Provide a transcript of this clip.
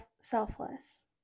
selfless